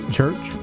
Church